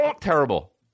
terrible